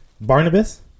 Barnabas